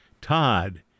Todd